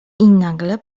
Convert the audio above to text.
nagle